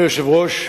אדוני היושב-ראש,